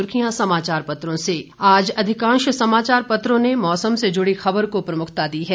सुर्खियां समाचार पत्रों से आज अधिकांश समाचार पत्रों ने मौसम से जुड़ी खबर को प्रमुखता दी है